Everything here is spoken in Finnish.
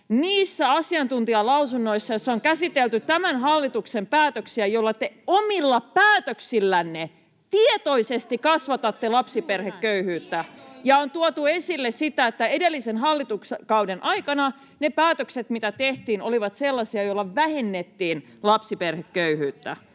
Niissä asiantuntijalausunnoissa, joissa on käsitelty tämän hallituksen päätöksiä, joilla te omilla päätöksillänne tietoisesti kasvatatte lapsiperheköyhyyttä, on tuotu esille sitä, että edellisen hallituskauden aikana ne päätökset, mitä tehtiin, olivat sellaisia, joilla vähennettiin lapsiperheköyhyyttä.